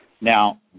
Now